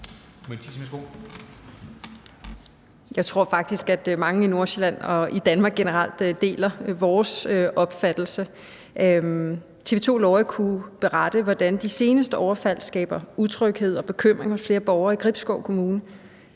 Jeg tror faktisk, at mange i Nordsjælland og i Danmark generelt deler vores opfattelse. TV 2/Lorry kunne berette, hvordan de seneste overfald skaber utryghed og bekymring hos flere borgere i Gribskov Kommune.